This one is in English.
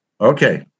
Okay